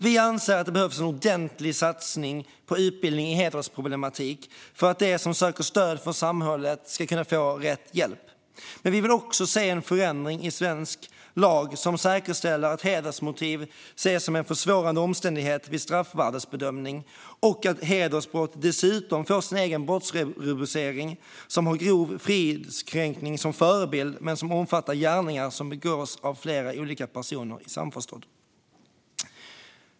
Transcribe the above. Vi anser att det behövs en ordentlig satsning på utbildning i hedersproblematik för att de som söker stöd från samhället ska kunna få rätt hjälp, men vi vill också se en förändring i svensk lag som säkerställer att hedersmotiv ses som en försvårande omständighet vid straffvärdesbedömningen. Vi vill dessutom att hedersbrott får sin egen brottsrubricering, som har grov fridskränkning som förebild men omfattar gärningar som begås av flera olika personer i samförstånd.